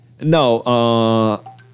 No